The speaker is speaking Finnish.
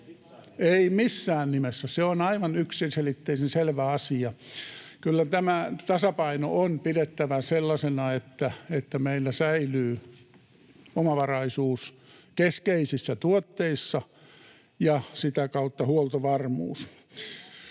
Ei missään nimessä. — Se on aivan yksiselitteisen selvä asia. Kyllä tämä tasapaino on pidettävä sellaisena, että meillä säilyy omavaraisuus keskeisissä tuotteissa ja sitä kautta huoltovarmuus.